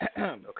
Okay